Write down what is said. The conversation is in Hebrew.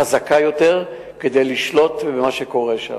חזקה יותר, כדי לשלוט במה שקורה שם.